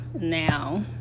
now